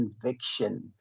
conviction